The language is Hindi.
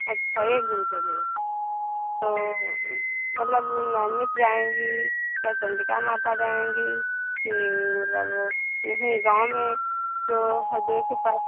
अच्छा एक दिन के लिए तो मतलब नैमिष जाएंगी या चंडिका माता जाएंगी कि मतलब यहीं गाँव में जो हरदोइ के पास